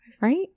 Right